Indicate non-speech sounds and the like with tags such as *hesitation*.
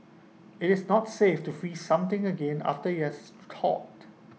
IT is not safe to freeze something again after IT has *hesitation* thawed